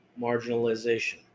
marginalization